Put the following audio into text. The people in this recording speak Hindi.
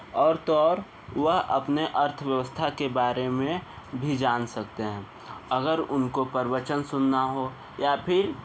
और तो और वह अपने अर्थव्यवस्था के बारे में भी जान सकते हैं अगर उनको प्रवचन सुनना हो या फिर